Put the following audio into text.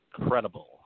incredible